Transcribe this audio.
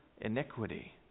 iniquity